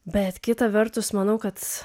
bet kita vertus manau kad